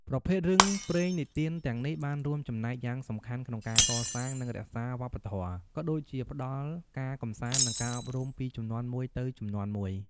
ប្រភេទរឿងព្រេងនិទានទាំងនេះបានរួមចំណែកយ៉ាងសំខាន់ក្នុងការកសាង និងរក្សាវប្បធម៌ ក៏ដូចជាផ្តល់ការកម្សាន្ត និងការអប់រំពីជំនាន់មួយទៅជំនាន់មួយ ។